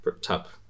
top